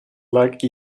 like